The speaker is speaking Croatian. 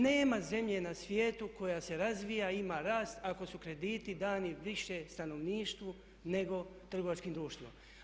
Nema zemlje na svijetu koja se razvija i ima rast ako su krediti dani više stanovništvu nego trgovačkim društvima.